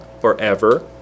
Forever